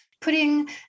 putting